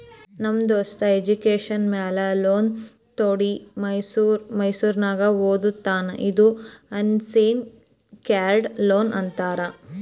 ನಮ್ ದೋಸ್ತ ಎಜುಕೇಷನ್ ಮ್ಯಾಲ ಲೋನ್ ತೊಂಡಿ ಮೈಸೂರ್ನಾಗ್ ಓದ್ಲಾತಾನ್ ಇದು ಅನ್ಸೆಕ್ಯೂರ್ಡ್ ಲೋನ್ ಅದಾ